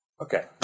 Okay